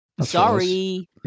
Sorry